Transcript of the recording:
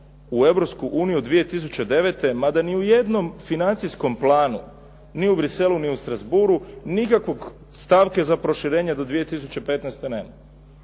u Europsku uniju 2009. mada ni u jednom financijskom planu, ni u Bruxellesu ni u Strasbourgu nikakvog stavke za proširenje do 2015. nema